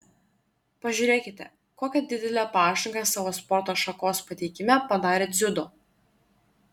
pažiūrėkite kokią didelę pažangą savo sporto šakos pateikime padarė dziudo